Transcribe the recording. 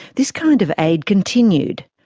this kind of aid continued.